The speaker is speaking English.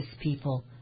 people